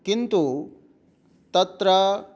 किन्तु तत्र